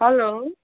hello